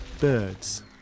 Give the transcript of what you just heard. Birds